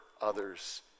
others